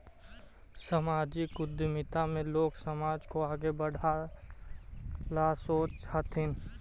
सामाजिक उद्यमिता में लोग समाज को आगे बढ़े ला सोचा हथीन